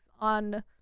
on